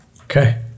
Okay